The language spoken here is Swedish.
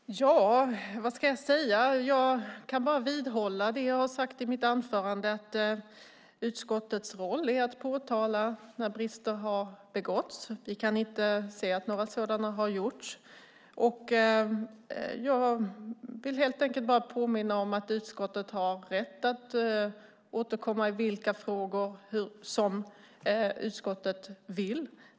Herr talman! Ja, vad ska jag säga? Jag kan bara vidhålla det jag sade i mitt anförande: Utskottets roll är att påtala när brister har inträffat. Vi kan inte se att några sådana finns. Jag vill helt enkelt bara påminna om att utskottet har rätt att återkomma i vilka frågor det vill.